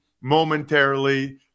momentarily